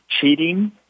cheating